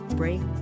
break